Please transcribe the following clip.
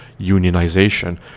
unionization